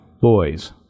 boys